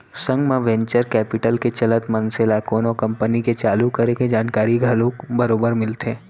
संग म venture capital के चलत मनसे ल कोनो कंपनी के चालू करे के जानकारी घलोक बरोबर मिलथे